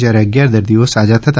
જયારે અગિયાર દર્દીઓ સાજા થયા